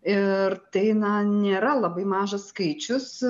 ir tai na nėra labai mažas skaičius